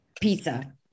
Pizza